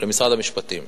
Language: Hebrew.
למשרד המשפטים.